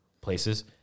places